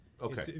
Okay